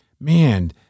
man